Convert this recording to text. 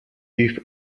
with